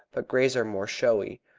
but greys are more showy.